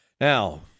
Now